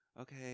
okay